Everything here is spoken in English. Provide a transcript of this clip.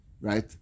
Right